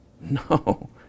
No